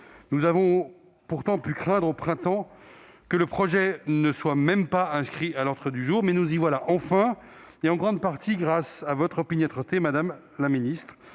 Nous avons pu craindre, au printemps dernier, que le projet ne soit pas inscrit à l'ordre du jour, mais nous y voici enfin, en grande partie grâce à votre opiniâtreté, madame la ministre.